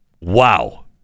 Wow